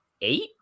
eight